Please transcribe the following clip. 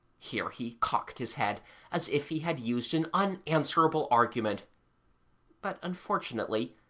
here he cocked his head as if he had used an unanswerable argument but, unfortunately,